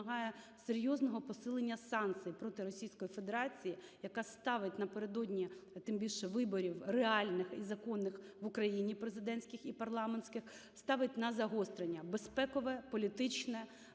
Очевидно, що ця авантюра вимагає серйозного посилення санкцій проти Російської Федерації, яка ставить напередодні тим більше виборів реальних і законних в Україні, президентських і парламентських, ставить на загостреннябезпекове, політичне